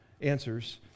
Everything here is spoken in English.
answers